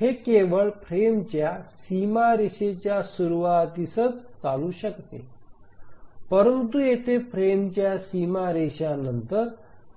हे केवळ फ्रेमच्या सीमारेषेच्या सुरूवातीसच चालू शकते परंतु येथे फ्रेमच्या सीमारेषानंतर